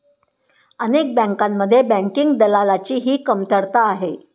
अनेक बँकांमध्ये बँकिंग दलालाची ही कमतरता आहे